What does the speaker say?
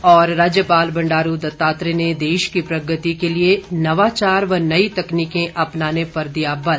और राज्यपाल बंडारू दत्तात्रेय ने देश की प्रगति के लिए नवाचार व नई तकनीकें अपनाने पर दिया बल